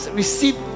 receive